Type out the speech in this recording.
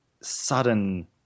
sudden